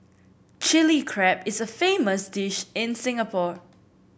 Chilli Crab is a famous dish in Singapore